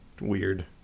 weird